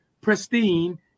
pristine